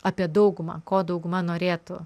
apie daugumą ko dauguma norėtų